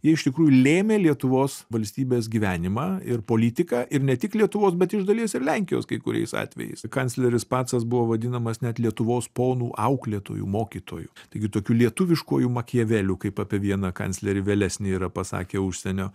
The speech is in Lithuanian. jie iš tikrųjų lėmė lietuvos valstybės gyvenimą ir politiką ir ne tik lietuvos bet iš dalies ir lenkijos kai kuriais atvejais kancleris pacas buvo vadinamas net lietuvos ponų auklėtoju mokytoju taigi tokiu lietuviškuoju makiaveliu kaip apie vieną kanclerį vėlesnį yra pasakę užsienio